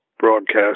broadcast